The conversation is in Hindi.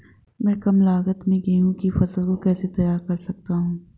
मैं कम लागत में गेहूँ की फसल को कैसे तैयार कर सकता हूँ?